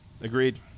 Agreed